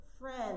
friend